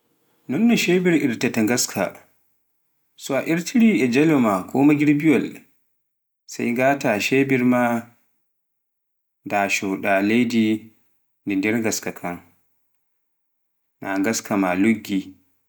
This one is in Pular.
nonno shebir irtataa ngaska, So irtiri e jaalo ko magirbiiwaal, sai ngata shebir ma ndasho ɗa leydi nder ngaska kan, naa ngaska kan luggi.